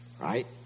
right